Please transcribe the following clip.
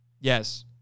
Yes